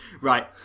Right